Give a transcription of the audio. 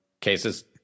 cases